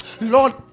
Lord